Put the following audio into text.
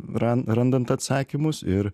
ran randant atsakymus ir